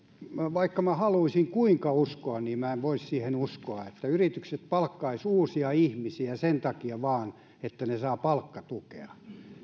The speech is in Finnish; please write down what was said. vaikka minä haluaisin kuinka siihen uskoa minä en voi uskoa siihen että yritykset palkkaisivat uusia ihmisiä vain sen takia että ne saavat palkkatukea